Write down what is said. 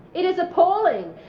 it is appalling.